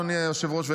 אדוני היושב-ראש,